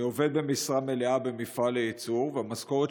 אני עובד במשרה מלאה במפעל לייצור והמשכורת